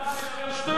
אתה מדבר שטויות.